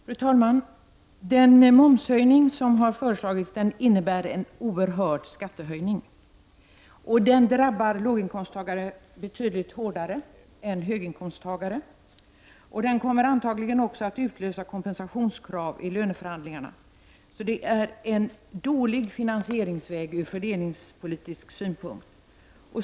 Fru talman! Den momshöjning som har föreslagits innebär en oerhörd skattehöjning. Den drabbar låginkomsttagare betydligt hårdare än höginkomsttagare, och den kommer antagligen också att utlösa kompensationskrav i löneförhandlingarna. Det är alltså en dålig finansieringsväg från fördelningspolitisk synpunkt.